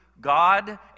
God